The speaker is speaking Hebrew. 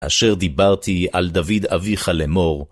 אשר דיברתי על דוד אביך לאמור.